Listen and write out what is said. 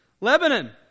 Lebanon